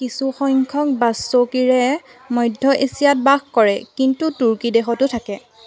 কিছু সংখ্যক বাশ্বকিৰে মধ্য এছিয়াত বাস কৰে কিন্তু তুৰ্কী দেশতো থাকে